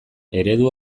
eredu